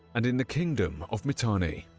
and in the kingdom of mitanni.